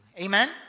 Amen